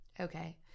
Okay